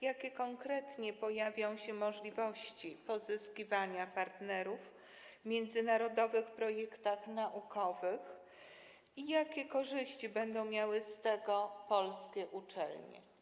Jakie konkretnie pojawią się możliwości pozyskiwania partnerów w międzynarodowych projektach naukowych i jakie korzyści będą miały z tego polskie uczelnie?